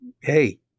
hey